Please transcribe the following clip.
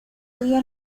día